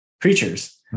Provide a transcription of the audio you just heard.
creatures